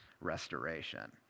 restoration